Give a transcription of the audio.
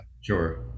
Sure